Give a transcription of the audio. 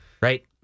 right